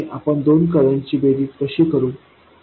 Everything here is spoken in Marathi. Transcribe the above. आणि आपण दोन करंटची ची बेरीज कशी करू